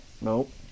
nope